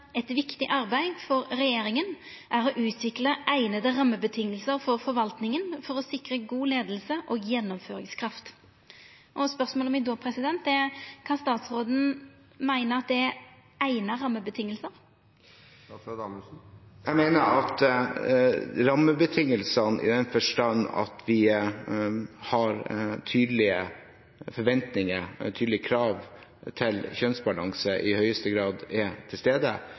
viktig arbeid for regjeringen er å utvikle egnede rammebetingelser for forvaltningen for å sikre god ledelse og gjennomføringskraft.» Spørsmålet mitt er då: Kan statsråden meina at det er «egnede rammebetingelser»? Jeg mener at rammebetingelsene, i den forstand at vi har tydelige forventninger og tydelige krav til kjønnsbalanse, i høyeste grad er til stede.